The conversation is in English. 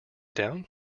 down